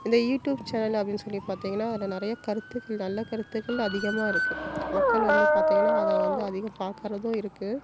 இந்த YouTube channel அப்படின் சொல்லி பார்த்தீங்கன்னா அதில் நிறைய கருத்துக்கள் நல்ல கருத்துக்கள் அதிகமாக இருக்குது மக்கள் வந்து பார்த்தீங்கன்னா அதை வந்து அதிகம் பார்க்கறதும் இருக்குது